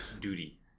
duty